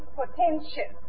potential